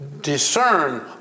discern